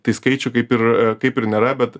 tai skaičių kaip ir kaip ir nėra bet